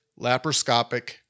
laparoscopic